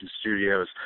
Studios